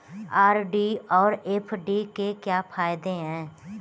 RD और FD के क्या फायदे हैं?